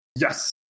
Yes